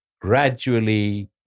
gradually